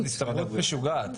זאת הסתברות משוגעת.